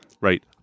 right